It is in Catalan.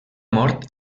mort